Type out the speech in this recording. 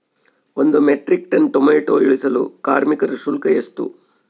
ಒಂದು metric ton tomato ಇಳಿಸಲು ಕಾರ್ಮಿಕರ ಶುಲ್ಕ ಎಷ್ಟು?